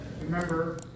Remember